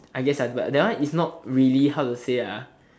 I guess ah but that one is not really how to say ah